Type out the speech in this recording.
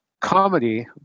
comedy